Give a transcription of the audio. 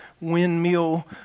windmill